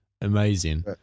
Amazing